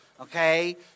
Okay